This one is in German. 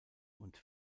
und